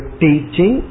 teaching